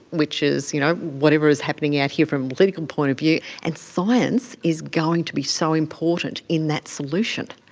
which is you know whatever is happening out here from a political point of view, and science is going to be so important in that solution.